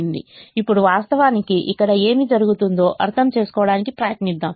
ఇప్పుడు వాస్తవానికి ఇక్కడ ఏమి జరుగుతుందో అర్థం చేసుకోవడానికి ప్రయత్నిద్దాం